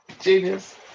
genius